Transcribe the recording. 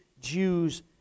Jews